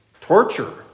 Torture